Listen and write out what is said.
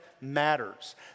matters